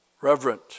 reverent